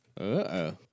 Uh-oh